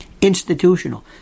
institutional